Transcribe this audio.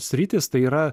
sritys tai yra